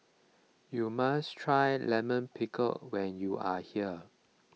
you must try Lime Pickle when you are here